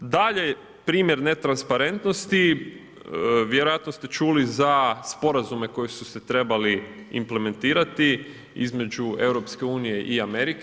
Dalje primjer netransparentnosti, vjerojatno ste čuli za sporazume koji su se trebali implementirati između EU i Amerike.